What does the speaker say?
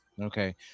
Okay